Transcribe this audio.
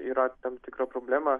yra tam tikra problema